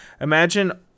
imagine